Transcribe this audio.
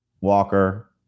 Walker